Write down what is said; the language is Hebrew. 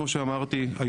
כמו שאמרתי,